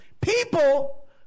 people